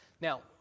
Now